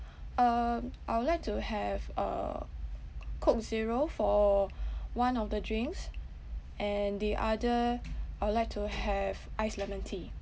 um I would like to have uh coke zero for one of the drinks and the other I would like to have ice lemon tea